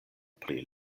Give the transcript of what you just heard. pri